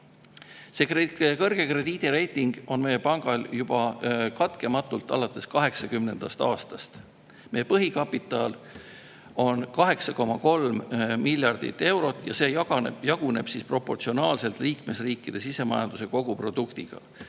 laene. Kõrge krediidireiting on meie pangal katkematult juba alates 1980. aastast. Meie põhikapital on 8,3 miljardit eurot ja see jaguneb proportsionaalselt liikmesriikide sisemajanduse koguproduktiga.